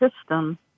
system